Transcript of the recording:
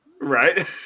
right